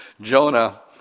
Jonah